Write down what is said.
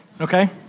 okay